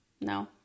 No